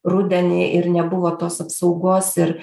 rudenį ir nebuvo tos apsaugos ir